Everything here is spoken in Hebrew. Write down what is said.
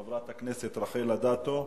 חברת הכנסת רחל אדטו,